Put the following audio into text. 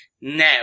Now